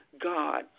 God